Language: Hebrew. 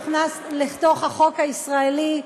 שהוכנס לתוך החוק הישראלי,